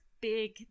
big